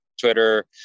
Twitter